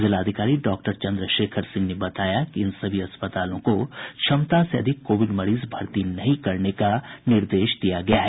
जिलाधिकारी डॉक्टर चंद्रशेखर सिंह ने बताया कि इन सभी अस्पतालों को क्षमता से अधिक कोविड मरीज भर्ती नहीं करने का निर्देश दिया गया है